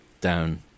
down